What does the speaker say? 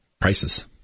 prices